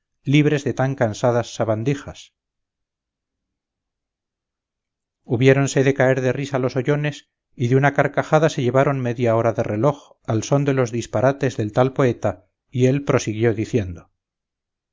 libres de tan cansadas sabandijas hubiéronse de caer de risa los oyones y de una carcajada se llevaron media hora de reloj al son de los disparates del tal poeta y él prosiguió diciendo